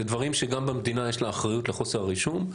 אלה דברים שגם המדינה, יש לה אחריות לחוסר הרישום.